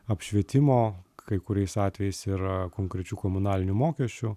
apšvietimo kai kuriais atvejais ir konkrečių komunalinių mokesčių